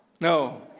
No